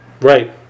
Right